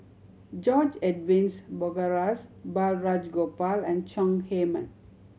George Edwins Bogaars Balraj Gopal and Chong Heman